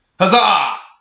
huzzah